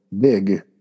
big